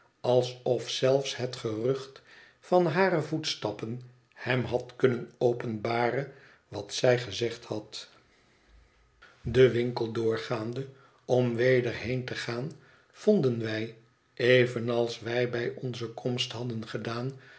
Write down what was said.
alsof zelfs het gerucht van hare voetstappen hem had kunnen openbaren wat zij gezegd had den winkel doorgaande om weder heen te gaan vonden wij evenals wij bij onze komst hadden gedaan